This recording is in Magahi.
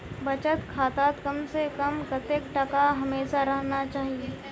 बचत खातात कम से कम कतेक टका हमेशा रहना चही?